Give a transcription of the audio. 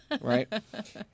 Right